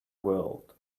world